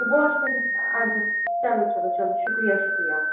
اَدٕ حظ چلو چلو چلو شُکریہ شُکریہ